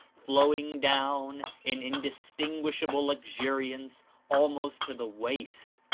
flowing down in indistinguishable luxuriance almost to the waist,